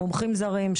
מומחים זרים,